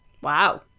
Wow